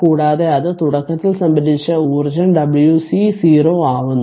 കൂടാതെ ഇത് തുടക്കത്തിൽ സംഭരിച്ച ഊർജ്ജം WC0 ആവുന്നു